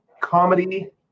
comedy